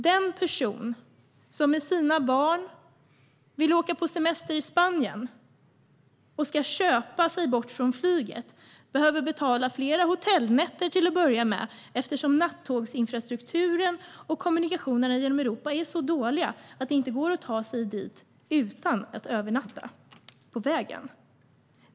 Den person som med sina barn vill åka på semester till Spanien och ska köpa sig bort från flyget behöver till att börja med betala flera hotellnätter, eftersom nattågsinfrastrukturen och kommunikationerna genom Europa är så dåliga att det inte går att ta sig dit utan att övernatta på vägen.